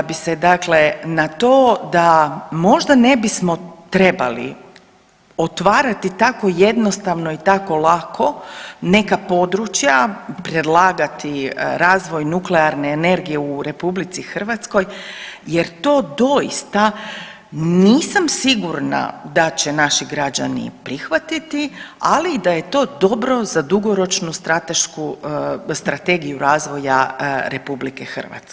Vratila bi se dakle na to da možda ne bismo trebali otvarati tako jednostavno i tako lako neka područja, predlagati razvoj nuklearne energije u RH jer to doista nisam sigurna da će naši građani prihvatiti, ali da je to dobro za dugoročnu stratešku, strategiju razvoja RH.